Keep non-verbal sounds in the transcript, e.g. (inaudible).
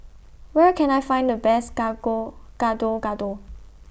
Where Can I Find The Best (unintelligible) Gado Gado